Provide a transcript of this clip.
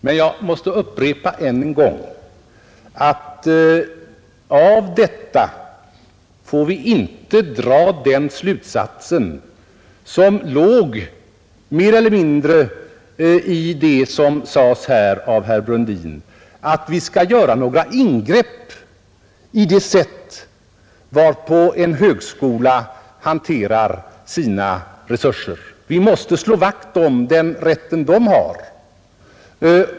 Men jag måste än en gång upprepa att vi av detta inte får dra den slutsats som låg mer eller mindre i vad som sades av herr Brundin, nämligen att vi skall göra ingrepp i det sätt varpå en högskola hanterar sina resurser. Vi måste slå vakt om den rätt högskolan har.